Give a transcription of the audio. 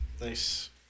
nice